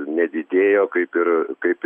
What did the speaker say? nedidėjo kaip ir kaip